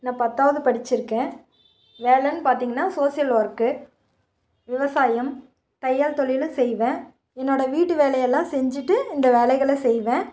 நான் பத்தாவது படித்திருக்கேன் வேலைன்னு பார்த்திங்கன்னா சோசியல் ஒர்க்கு விவசாயம் தையல் தொழில் செய்வேன் என்னோடய வீட்டு வேலையெல்லாம் செஞ்சுட்டு இந்த வேலைகளை செய்வேன்